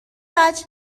وجه